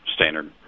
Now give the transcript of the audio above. standard